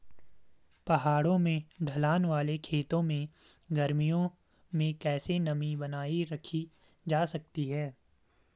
पहाड़ों में ढलान वाले खेतों में गर्मियों में कैसे नमी बनायी रखी जा सकती है?